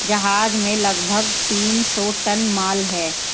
जहाज में लगभग तीन सौ टन माल है